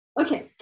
okay